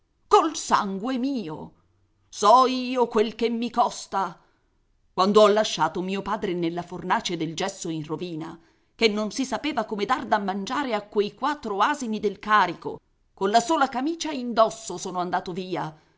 col sangue mio so io quel che mi costa quando ho lasciato mio padre nella fornace del gesso in rovina che non si sapeva come dar da mangiare a quei quattro asini del carico colla sola camicia indosso sono andato via